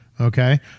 okay